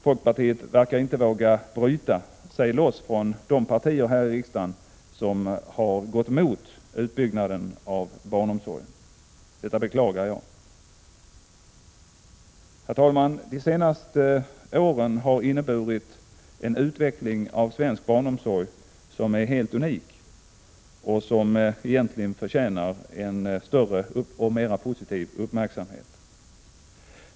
Folkpartiet verkar inte våga bryta sig loss från de partier här i riksdagen som har gått emot utbyggnaden av barnomsorgen. Detta beklagar jag. Herr talman! De senaste åren har inneburit en utveckling av svensk barnomsorg som är helt unik och som egentligen förtjänar en större och mera positiv uppmärksamhet.